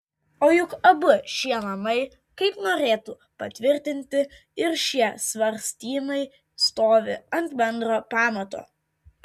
o juk abu šie namai kaip norėtų patvirtinti ir šie svarstymai stovi ant bendro pamato